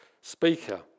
speaker